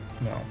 No